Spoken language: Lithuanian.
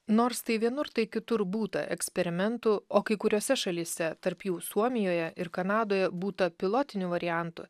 nors tai vienur tai kitur būta eksperimentų o kai kuriose šalyse tarp jų suomijoje ir kanadoje būta pilotinių variantų